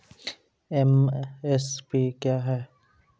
MSP क्या है?